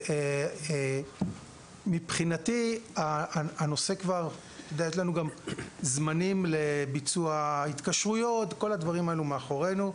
יש לנו גם זמנים לביצוע התקשרויות כל הדברים האלה מאחורינו,